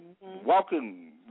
walking